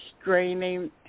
straining